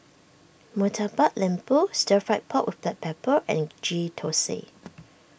Murtabak Lembu Stir Fried Pork with Black Pepper and Ghee Thosai